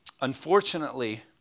unfortunately